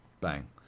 Bang